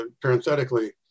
parenthetically